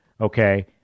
okay